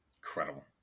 incredible